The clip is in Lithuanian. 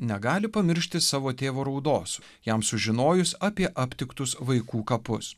negali pamiršti savo tėvo raudos jam sužinojus apie aptiktus vaikų kapus